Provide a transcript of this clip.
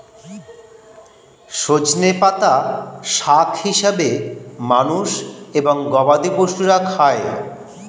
সজনে পাতা শাক হিসেবে মানুষ এবং গবাদি পশুরা খায়